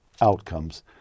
outcomes